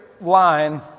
line